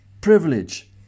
privilege